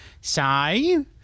say